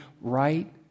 right